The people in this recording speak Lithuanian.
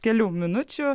kelių minučių